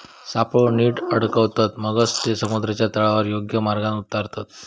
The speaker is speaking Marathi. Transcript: सापळो नीट अडकवतत, मगच ते समुद्राच्या तळावर योग्य मार्गान उतारतत